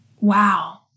wow